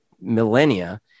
millennia